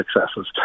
successes